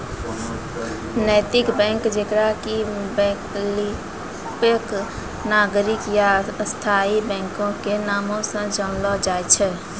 नैतिक बैंक जेकरा कि वैकल्पिक, नागरिक या स्थायी बैंको के नामो से जानलो जाय छै